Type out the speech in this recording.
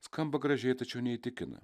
skamba gražiai tačiau neįtikina